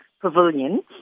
Pavilion